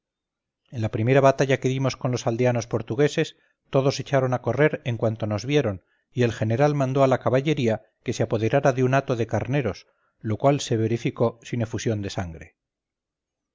en la primera batalla que dimos con los aldeanos portugueses todos echaron a correr en cuanto nos vieron y el general mandó a la caballería quese apoderara de un hato de carneros lo cual se verificó sin efusión de sangre